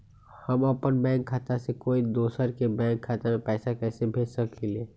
हम अपन बैंक खाता से कोई दोसर के बैंक खाता में पैसा कैसे भेज सकली ह?